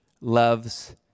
loves